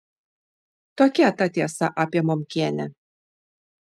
tokia ta tiesa apie momkienę